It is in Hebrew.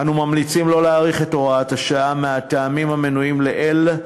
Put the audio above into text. אנו ממליצים שלא להאריך את הוראת השעה מהטעמים מהמנויים לעיל,